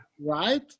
Right